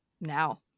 now